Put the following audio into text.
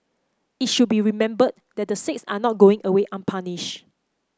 it should be remembered that the six are not going away